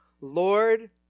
Lord